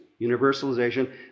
universalization